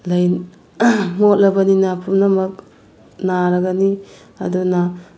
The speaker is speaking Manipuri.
ꯃꯣꯠꯂꯕꯅꯤꯅ ꯄꯨꯝꯅꯃꯛ ꯅꯥꯔꯒꯅꯤ ꯑꯗꯨꯅ